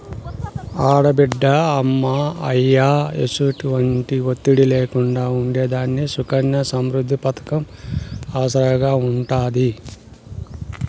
ఆడబిడ్డ అమ్మా, అయ్య ఎసుమంటి ఒత్తిడి లేకుండా ఉండేదానికి సుకన్య సమృద్ది పతకం ఆసరాగా ఉంటాది